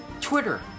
Twitter